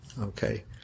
Okay